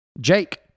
Jake